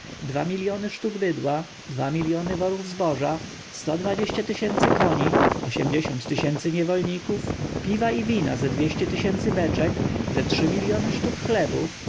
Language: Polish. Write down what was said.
dwa miljony sztuk bydła dwa miljony worów zboża sto dwadzieścia tysięcy koni osiemdziesiąt tysięcy niewolników piwa i wina ze dwieście tysięcy beczek ze trzy miljony sztuk chlebów